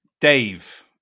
Dave